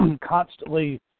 constantly